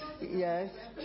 yes